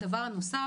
דבר נוסף